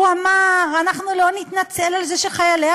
הוא אמר: אנחנו לא נתנצל על זה שחיילי